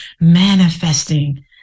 manifesting